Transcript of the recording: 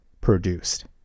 produced